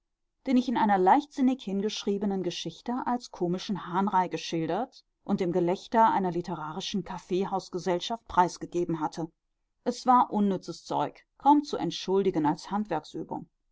den ich in einer leichtsinnig hingeschriebenen geschichte als komischen hahnrei geschildert und dem gelächter einer literarischen kaffeehausgesellschaft preisgegeben hatte es war unnützes zeug kaum zu entschuldigen als